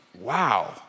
wow